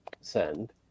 send